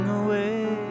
away